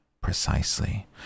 Precisely